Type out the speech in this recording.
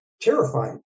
terrifying